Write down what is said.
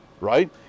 right